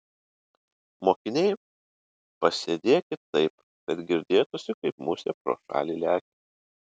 mokiniai pasėdėkit taip kad girdėtųsi kaip musė pro šalį lekia